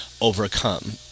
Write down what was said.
overcome